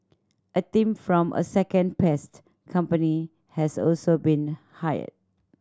a team from a second pest company has also been hired